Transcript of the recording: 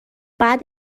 بعد